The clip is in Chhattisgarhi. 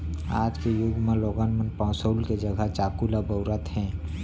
आज के जुग म लोगन मन पौंसुल के जघा चाकू ल बउरत हें